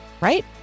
right